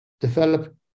develop